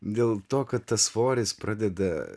dėl to kad tas svoris pradeda